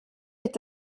est